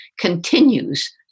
continues